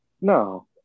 no